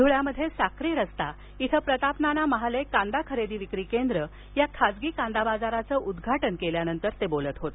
धूळ्यात साक्री रस्ता इथं प्रताप नाना महाले कांदा खरेदी विक्री केंद्र या खासगी कांदा बाजाराचं उद्घाटन केल्यानंतर ते बोलत होते